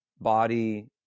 body